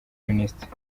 minisitiri